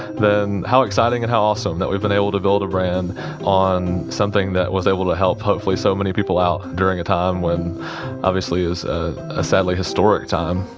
then how exciting and how awesome that we've been able to build a brand on something that was able to help hopefully so many people out during a time when obviously is ah a sadly historic time.